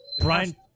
Brian